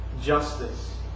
justice